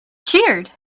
cheered